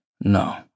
No